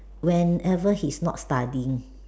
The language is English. whenever he's not studying